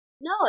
No